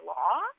law